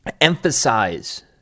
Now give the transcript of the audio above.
emphasize